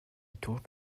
taught